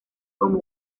como